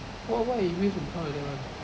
what what you use to become like that [one]